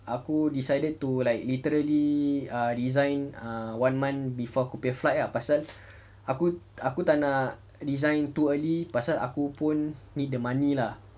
aku decided to like literally ah resign err one month before aku punya flight ah aku tak nak resign too early pasal aku pun need the money lah